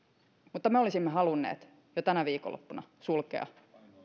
mutta me olisimme halunneet jo tänä viikonloppuna sulkea